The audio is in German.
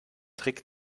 trick